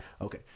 Okay